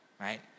right